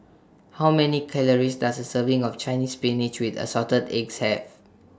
How Many Calories Does A Serving of Chinese Spinach with Assorted Eggs Have